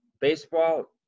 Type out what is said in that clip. Baseball